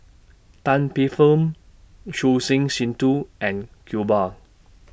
Tan Paey Fern Choor Singh Sidhu and Iqbal